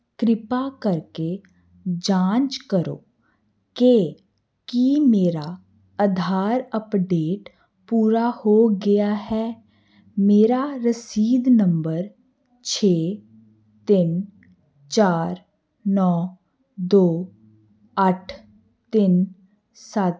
ਕ੍ਰਿਪਾ ਕਰਕੇ ਜਾਂਚ ਕਰੋ ਕਿ ਕੀ ਮੇਰਾ ਆਧਾਰ ਅੱਪਡੇਟ ਪੂਰਾ ਹੋ ਗਿਆ ਹੈ ਮੇਰਾ ਰਸੀਦ ਨੰਬਰ ਛੇ ਤਿੰਨ ਚਾਰ ਨ ਦੋ ਅੱਠ ਤਿੰਨ ਸੱਤ